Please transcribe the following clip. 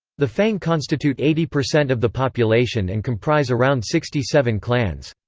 the fang constitute eighty percent of the population and comprise around sixty seven clans.